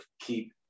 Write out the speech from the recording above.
keep